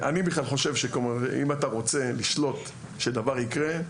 אני בכלל חושב שאם אתה רוצה לשלוט שדבר יקרה,